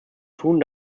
tun